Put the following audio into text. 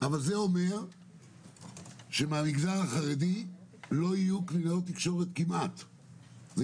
אבל זה אומר שבמגזר החרדי לא יהיו כמעט קלינאיות תקשורת,